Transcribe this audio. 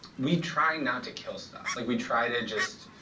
we try not to kill stuff. like we try to just